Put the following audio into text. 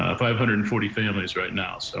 ah five hundred and forty families right now. so